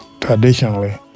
traditionally